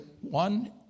One